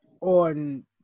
on